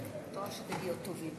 נדבר עד שייכנס שר.